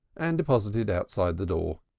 and deposited outside the door.